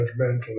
judgmental